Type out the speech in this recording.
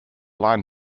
line